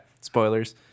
Spoilers